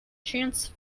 chance